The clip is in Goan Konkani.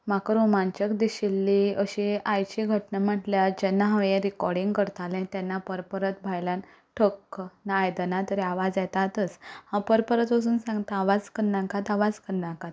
म्हाका रोमांचक दिशिल्ली अशी आयची घटना म्हणल्यार जेन्ना हांव हें रिकोर्डिंग करतालें तेन्ना परत परत भायल्यान टक ना आयदना तरी आवज येतातच हांव पर परत वचून सांगता आवाज करनाकात आवाज करनाकात